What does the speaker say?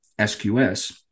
SQS